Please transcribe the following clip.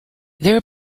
their